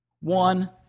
One